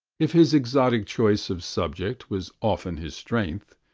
if his exotic choice of subject was often his strength,